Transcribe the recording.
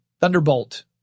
Thunderbolt